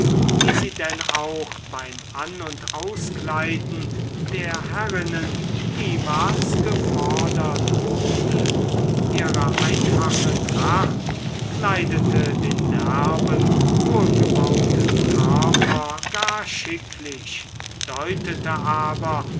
wie sie denn auch beim an und auskleiden der herrinnen niemals gefordert wurde ihre einfache tracht kleidete den derben wohlgebauten körper gar schicklich deutete aber